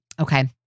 Okay